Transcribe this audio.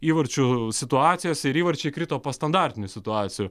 įvarčių situacijose ir įvarčiai krito po standartinių situacijų